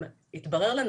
התברר לנו